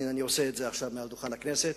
אני עושה את זה עכשיו מעל דוכן הכנסת.